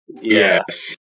Yes